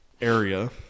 area